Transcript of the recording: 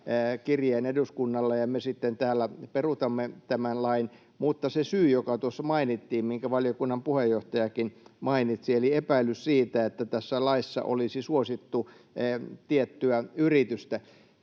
kirjeen eduskunnalle, ja me sitten täällä peruutamme tämän lain. Mutta se, miksi minusta tämä on erikoista, on tietenkin se syy, jonka tuossa valiokunnan puheenjohtajakin mainitsi, eli epäilys siitä, että tässä laissa olisi suosittu tiettyä yritystä.